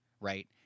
right